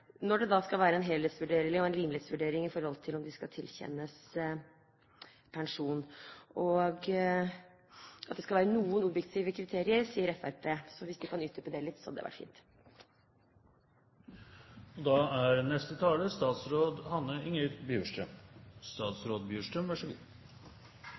når det skal være en helhetsvurdering og rimelighetsvurdering i forhold til om man skal tilkjennes pensjon. Det skal være noen objektive kriterier, sier Fremskrittspartiet. Så hvis de kan utdype det litt, hadde det vært